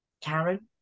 Karen